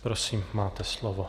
Prosím, máte slovo.